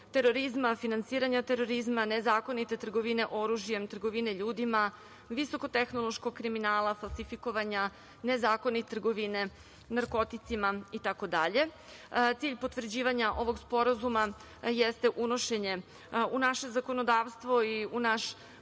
terorizma, finansiranja terorizma, nezakonite trgovine oružjem, trgovine ljudima, visokotehnološkog kriminala, falsifikovanja, nezakonite trgovine narkoticima itd. Cilj potvrđivanja ovog sporazuma jeste unošenje u naše zakonodavstvo i u naš